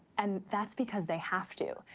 and that's because they have to.